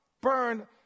burned